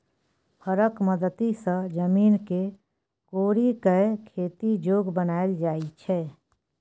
हरक मदति सँ जमीन केँ कोरि कए खेती जोग बनाएल जाइ छै